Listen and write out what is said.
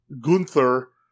Gunther